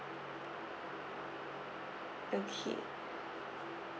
okay